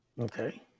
Okay